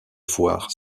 foires